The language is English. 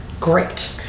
Great